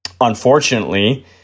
Unfortunately